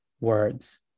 Words